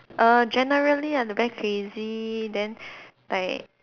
err generally are very crazy then like